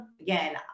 again